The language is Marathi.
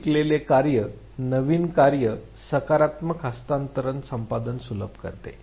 पूर्वी शिकलेले कार्य नवीन कार्य सकारात्मक हस्तांतरण संपादन सुलभ करते